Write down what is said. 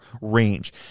range